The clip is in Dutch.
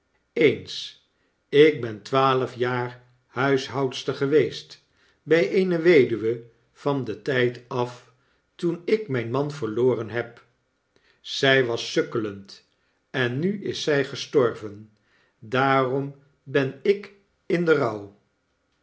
eens ik ben twaalf jaar huishoudster geweest by eene weduwe van den tyd af toen ik myn man verloren heb zy was sukkelend en nu is zij gestorven daarom ben ik in den rouw